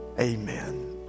Amen